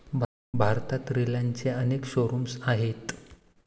भारतात रिलायन्सचे अनेक शोरूम्स आहेत